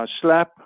slap